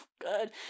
good